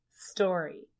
story